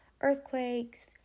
earthquakes